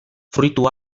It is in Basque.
fruitu